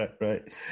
right